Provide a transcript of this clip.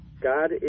God